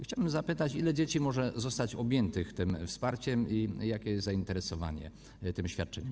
Chciałbym zapytać, ile dzieci może zostać objętych tym wsparciem i jakie jest zainteresowanie tym świadczeniem.